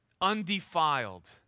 undefiled